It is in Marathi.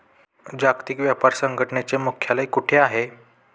जागतिक व्यापार संघटनेचे मुख्यालय कुठे आहे?